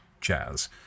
jazz